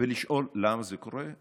חייבים לשאול למה זה קורה.